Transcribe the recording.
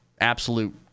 absolute